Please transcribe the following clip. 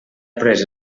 pres